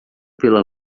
pela